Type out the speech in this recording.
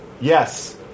Yes